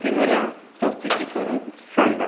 ते मला चौकशी करून सांगा